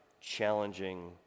challenging